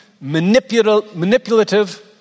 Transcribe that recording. manipulative